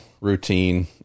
routine